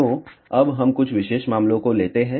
तो अब हम कुछ विशेष मामलों को लेते हैं